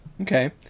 Okay